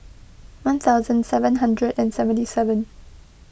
one thousand seven hundred and seventy seven